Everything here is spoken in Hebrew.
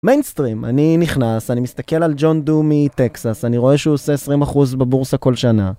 מיינסטרים, אני נכנס, אני מסתכל על ג'ון דו מטקסס, אני רואה שהוא עושה 20% בבורסה כל שנה